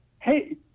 hey